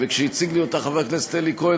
כשהציג לי אותה חבר הכנסת אלי כהן,